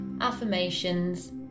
affirmations